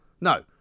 No